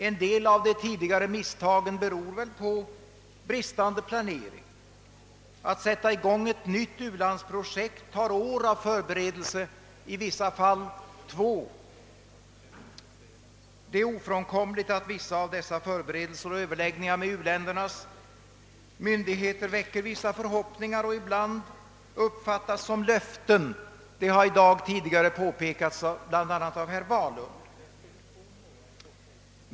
En del av de tidigare misstagen har just berott på bristande planering. Att sätta i gång ett nytt u-landsprojekt kräver förberedelser under både ett och två år. Det är ofrånkomligt att vissa av dessa förberedelser och överläggningarna med u-ländernas myndigheter väcker vissa förhoppningar och ibland uppfattas som löften, såsom tidigare i dag påpekats av bl.a. herr Wahlund.